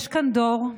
יש כאן דור,